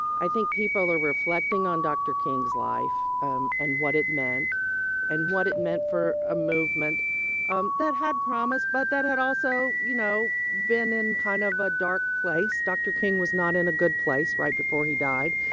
i think people are reflecting on dr. king's life um and what it meant and what it meant for a movement um that had promise but that had also, you know, been in kind of a dark place. dr. king was not in a good place right before he died.